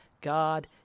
God